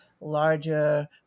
larger